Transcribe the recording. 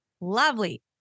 Lovely